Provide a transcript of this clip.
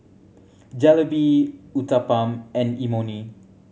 Jalebi Uthapam and Imoni